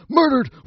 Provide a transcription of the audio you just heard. murdered